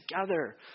together